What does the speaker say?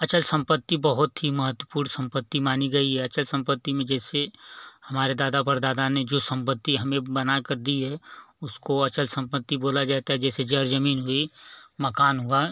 अचल संपत्ति बहुत ही महत्वपूर्ण संपत्ति मानी गई है अचल संपत्ति में जैसे हमारे दादा परदादा ने जो संपत्ति हमें बनाकर दी है उसको अचल संपत्ति बोला जाता है जैसे जर ज़मीन हुई मकान हुआ